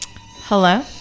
hello